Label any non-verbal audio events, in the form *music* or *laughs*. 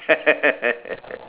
*laughs*